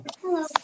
Hello